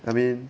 I mean